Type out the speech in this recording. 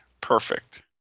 perfect